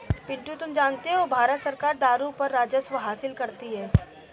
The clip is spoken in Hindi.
पिंटू तुम जानते हो भारत सरकार दारू पर राजस्व हासिल करती है